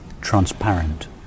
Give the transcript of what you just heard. transparent